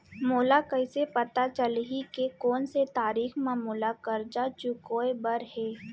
मोला कइसे पता चलही के कोन से तारीक म मोला करजा चुकोय बर हे?